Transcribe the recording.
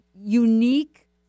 unique